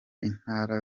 intara